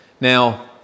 Now